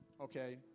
Okay